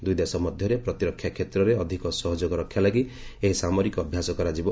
ଦୁଇଦେଶ ମଧ୍ୟରେ ପ୍ରତିରକ୍ଷା କ୍ଷେତ୍ରରେ ଅଧିକ ସହଯୋଗ ରକ୍ଷା ଲାଗି ଏହି ସାମରିକ ଅଭ୍ୟାସ କରାଯିବ